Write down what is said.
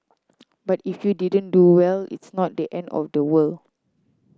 but if you didn't do well it's not the end of the world